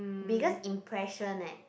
biggest impression leh